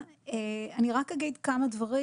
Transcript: אני רק אגיד כמה דברים.